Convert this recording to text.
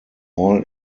all